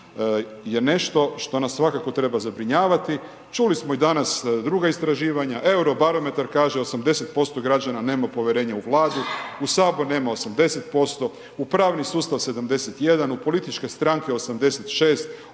je nešto što nas svakako treba zabrinjavati. Čuli smo i danas druga istraživanja, Eurobarometar kaže 80% građana nema povjerenje u Vladu, u Sabor nema 80%, u pravni sustav 71%, u političke stranke 86%,